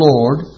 Lord